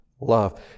Love